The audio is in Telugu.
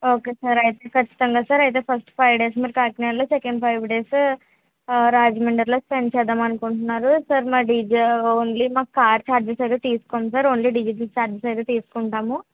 ఓకే సార్ అయితే ఖచ్చితంగా సార్ అయితే ఫస్ట్ ఫైవ్ డేస్ మీరు కాకాకినాడలో సెకండ్ ఫైవ్ డేస్ రాజమండ్రిలో స్పెండ్ చేద్దామనుకుంటున్నారు సార్ మాడి గా ఓన్లీ మా కార్ ఛార్జెస్ అయితే తీసుకొం సార్ ఓన్లీ డీజిల్ ఛార్జెస్ అయితే తీసుకుంటాము